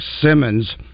Simmons